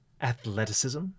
athleticism